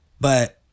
But-